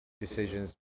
decisions